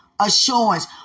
assurance